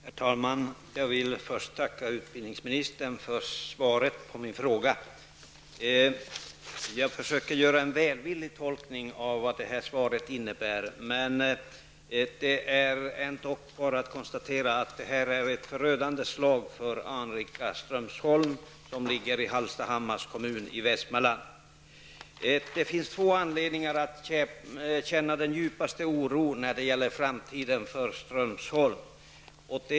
Herr talman! Jag vill först tacka utbildningsministern för svaret på min fråga. Jag försöker göra en välvillig tolkning av vad svaret innebär, men det är ändock bara att konstatera att det här utgör ett förödande slag för anrika Det finns två anledningar att känna den djupaste oro när det gäller framtiden för Strömsholm.